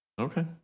Okay